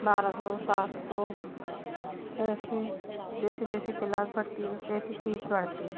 बारह सौ सात सौ ऐसे जैसे जैसे केलास बढ़ती है वैसे वैसे फ़ीस बढ़ती है